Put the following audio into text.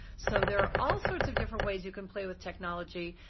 so there are all sorts of different ways you can play with technology.